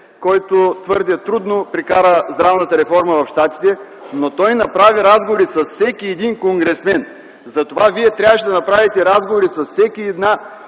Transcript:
който твърде трудно прокара здравната реформа в Щатите, но той направи разговори с всеки един конгресмен. Затова Вие трябваше да направите разговори с всяка една